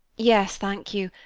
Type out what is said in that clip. yes, thank you.